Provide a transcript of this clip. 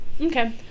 Okay